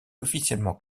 officiellement